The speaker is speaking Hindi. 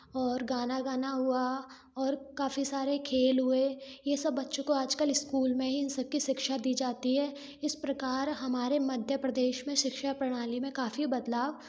और गाना गाना हुआ और काफ़ी सारे खेल हुए ये सब बच्चों को आजकल स्कूल में ही इन सब की शिक्षा दी जाती है इस प्रकार हमारे मध्य प्रदेश में शिक्षा प्रणाली में काफ़ी बदलाव